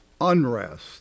unrest